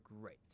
great